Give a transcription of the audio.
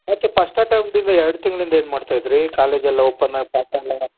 ಮತ್ತು first attempt ಇಂದ ಎರಡು ತಿಂಗಳಿಂದ ಏನು ಮಾಡ್ತಾಯಿದ್ದಿರಿ ಕಾಲೇಜೆಲ್ಲಾ ಓಪನ್ ಅಪ್ ಅದ ಮೇಲೆ